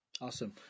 Awesome